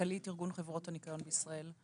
מנכ"לית ארגון חברות הניקיון בישראל.